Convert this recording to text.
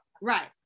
right